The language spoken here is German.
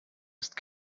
ist